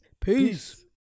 peace